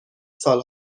سال